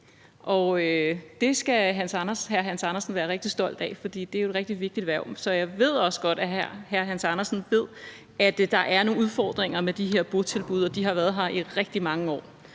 det skal hr. Hans Andersen være rigtig stolt af, for det er jo et rigtig vigtigt erhverv. Så jeg ved også godt, at hr. Hans Andersen ved, at der er nogle udfordringer med de her botilbud, og at de har været her i rigtig mange år.